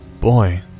Boy